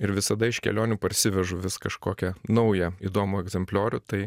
ir visada iš kelionių parsivežu vis kažkokią naują įdomų egzempliorių tai